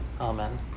Amen